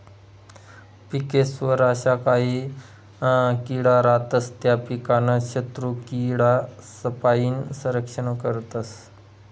पिकेस्वर अशा काही किडा रातस त्या पीकनं शत्रुकीडासपाईन संरक्षण करतस